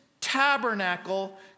tabernacle